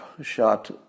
shot